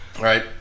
Right